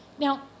Now